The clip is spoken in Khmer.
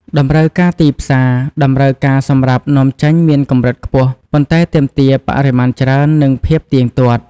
តម្រូវការទីផ្សារ តម្រូវការសម្រាប់នាំចេញមានកម្រិតខ្ពស់ ប៉ុន្តែទាមទារបរិមាណច្រើន និងភាពទៀងទាត់។